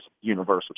Universal